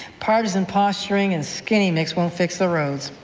partisan posturing and skinny mix won't fix the roads.